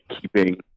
keeping